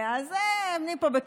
אז אני פה,